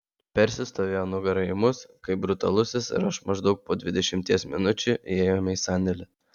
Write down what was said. persis stovėjo nugara į mus kai brutalusis ir aš maždaug po dvidešimties minučių įėjome į sandėlį